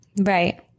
Right